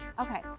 Okay